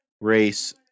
race